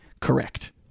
Correct